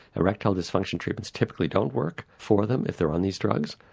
erectile dysfunction treatments typically don't work for them if they're on these drugs,